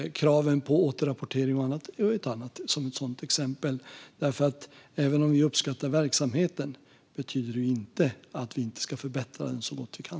Kraven på återrapportering är ett annat exempel. Att vi uppskattar verksamheten betyder inte att vi inte ska förbättra den så långt vi kan.